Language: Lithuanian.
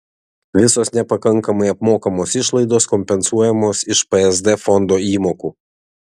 visos nepakankamai apmokamos išlaidos kompensuojamos iš psd fondo įmokų